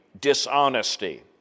dishonesty